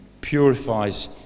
purifies